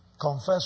confess